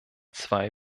zwei